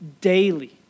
daily